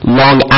long